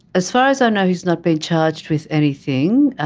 as far as i know he's not been charged with anything,